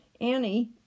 Annie